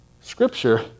Scripture